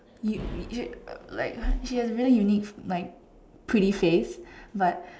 you you like she has really unique like pretty face but